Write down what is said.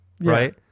right